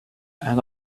and